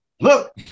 look